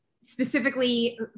specifically